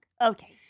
Okay